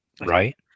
right